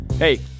Hey